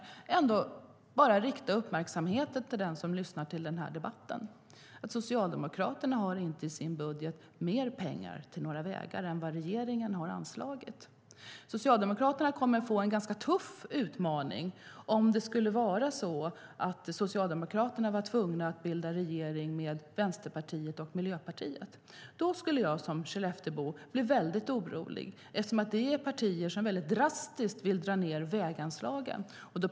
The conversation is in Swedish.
Jag vill bara rikta uppmärksamheten hos den lyssnar på den här debatten på att Socialdemokraterna inte har mer pengar i sin budget till några vägar än vad regeringen har anslagit. Socialdemokraterna kommer att få en ganska tuff utmaning om det skulle vara så att Socialdemokraterna blir tvungna att bilda regering med Vänsterpartiet och Miljöpartiet. Då borde skellefteborna bli oroliga eftersom det är partier som vill dra ned väganslagen drastiskt.